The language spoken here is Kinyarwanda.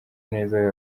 neza